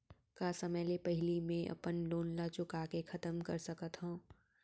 का समय ले पहिली में अपन लोन ला चुका के खतम कर सकत हव?